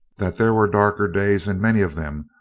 that there were darker days, and many of them,